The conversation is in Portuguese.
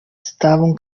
estavam